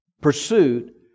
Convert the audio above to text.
pursuit